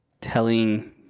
telling